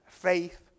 faith